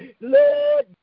Lord